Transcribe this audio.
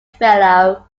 fellow